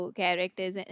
characters